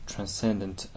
Transcendent